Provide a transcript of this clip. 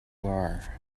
are